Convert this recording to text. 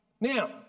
Now